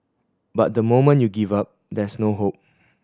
but the moment you give up there's no hope